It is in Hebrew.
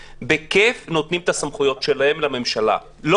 נותנים את הסמכויות שלהם לממשלה בכייף.